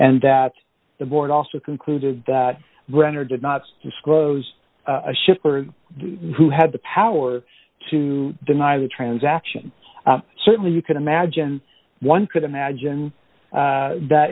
and that the board also concluded that brenner did not disclose a shipper who had the power to deny the transaction certainly you could imagine one could imagine that